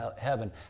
heaven